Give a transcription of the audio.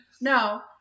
No